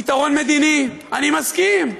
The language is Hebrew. פתרון מדיני, אני מסכים.